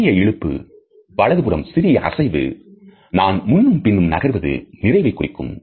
சிறிய இழுப்பு வலது புறம் சிறிய அசைவு நான் முன்னும் பின்னும் நகர்வது நிறைவை குறிக்கும்